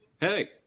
hey